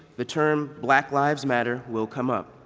the term black lives matter will come up.